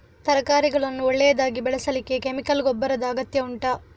ತರಕಾರಿಗಳನ್ನು ಒಳ್ಳೆಯದಾಗಿ ಬೆಳೆಸಲಿಕ್ಕೆ ಕೆಮಿಕಲ್ ಗೊಬ್ಬರದ ಅಗತ್ಯ ಉಂಟಾ